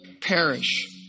perish